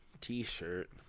T-shirt